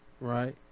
right